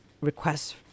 requests